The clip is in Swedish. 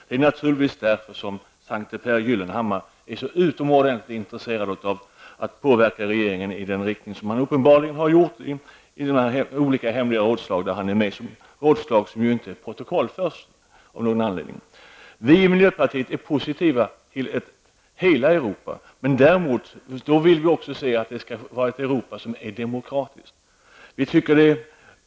Det är naturligtvis därför som Sankte Pehr Gyllenhammar är så utomordentligt intresserad av att påverka regeringen i den riktning som han uppenbarligen har gjort under de hemliga rådslag som han har deltagit i -- rådslag som ju av någon anledning inte protokollförs. Vi i miljöpartiet är positiva till hela Europa, men då skall det också vara ett Europa som är demokratiskt.